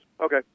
Okay